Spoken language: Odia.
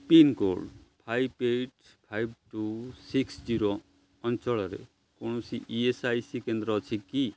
pincode five eight five two six zero ଅଞ୍ଚଳରେ କୌଣସି ଇ ଏସ୍ ଆଇ ସି କେନ୍ଦ୍ର ଅଛି କି